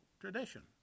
tradition